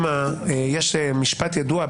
יש משפט ידוע,